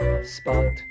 Spot